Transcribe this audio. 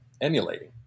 emulating